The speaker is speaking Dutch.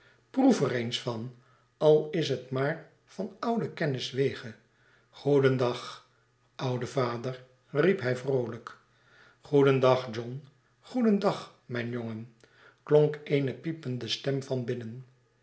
er eens van al is het maar van oude kenniswege goedendag oude vader riep hij vroolijk goedendag john goedendag mijn jongen klonk eene piepende stem van binnen